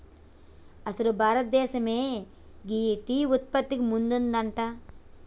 అసలు భారతదేసమే గీ టీ ఉత్పత్తిల ముందున్నదంట